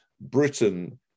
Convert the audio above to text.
Britain